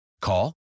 Call